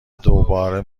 دوباره